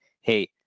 hey